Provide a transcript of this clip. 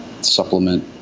supplement